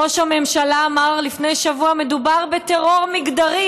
ראש הממשלה אמר לפני שבוע: מדובר בטרור מגדרי.